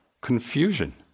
confusion